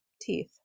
teeth